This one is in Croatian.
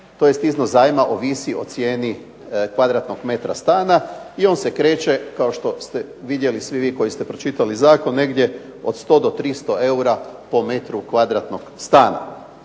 tj. iznos zajma ovisi o cijeni kvadratnog metra stana. I on se kreće kao što ste vidjeli svi koji ste pročitali zakon negdje, od 100 do 300 eura po metru kvadratnog stana.